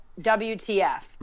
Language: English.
WTF